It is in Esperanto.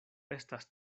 estas